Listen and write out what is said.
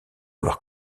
avoir